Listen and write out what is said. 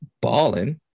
balling